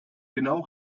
genau